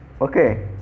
okay